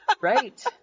Right